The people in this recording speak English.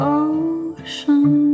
ocean